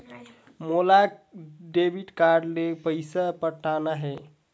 मोला debit card ले पइसा पटाना हे?